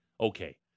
Okay